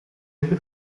ebbe